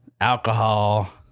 alcohol